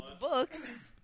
Books